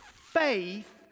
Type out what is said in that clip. faith